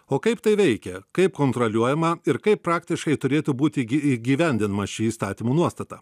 o kaip tai veikia kaip kontroliuojama ir kaip praktiškai turėtų būti gy įgyvendinama ši įstatymų nuostata